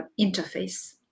interface